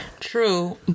True